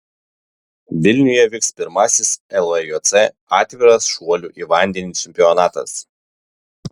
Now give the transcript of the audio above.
vilniuje vyks pirmasis lvjc atviras šuolių į vandenį čempionatas